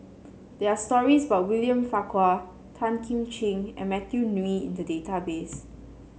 there are stories about William Farquhar Tan Kim Ching and Matthew Ngui in the database